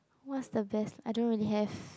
what's the best I don't really have